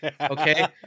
Okay